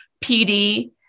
PD